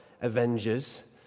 Avengers